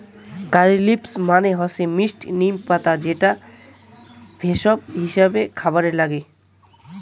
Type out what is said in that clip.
কারী leaves মানে হসে মিস্টি নিম পাতা যেটা ভেষজ হিছাবে খাবারে নাগে